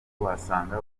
wasanga